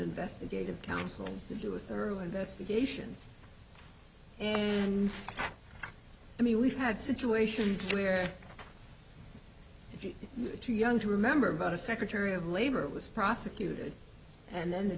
investigative counsel to do a thorough investigation and i mean we've had situations where if you are too young to remember about a secretary of labor was prosecuted and then the